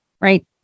right